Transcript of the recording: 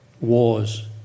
wars